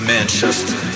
Manchester